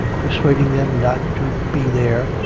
persuading them not to be there,